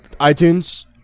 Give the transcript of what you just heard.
iTunes